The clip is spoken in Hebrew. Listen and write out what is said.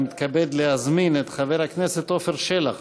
אני מתכבד להזמין את חבר הכנסת עפר שלח